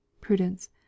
Prudence